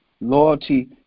loyalty